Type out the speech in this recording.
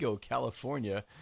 California